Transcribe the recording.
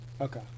Okay